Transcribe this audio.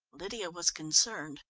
lydia was concerned,